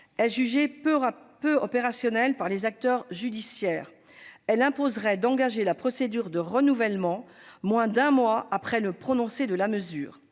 est jugée peu opérationnelle par les acteurs judiciaires : elle imposerait d'engager la procédure de renouvellement moins d'un mois après le prononcé de la mesure.